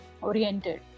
oriented